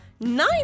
nine